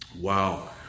Wow